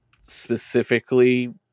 specifically